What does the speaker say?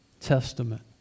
Testament